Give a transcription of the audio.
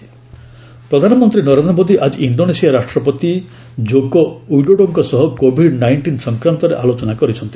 PM Indonesia ପ୍ରେଜ୍ ପ୍ରଧାନମନ୍ତ୍ରୀ ନରେନ୍ଦ୍ର ମୋଦୀ ଆଜି ଇଣ୍ଡୋନେସିଆ ରାଷ୍ଟ୍ରପତି ଜୋକୋ ୱିଡୋଡୋଙ୍କ ସହ କୋଭିଡ୍ ନାଇଷ୍ଟିନ୍ ସଂକ୍ରାନ୍ତରେ ଆଲୋଚନା କରିଛନ୍ତି